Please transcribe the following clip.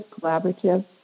collaborative